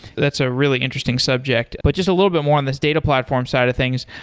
that's a really interesting subject. but just a little bit more on this data platform side of things.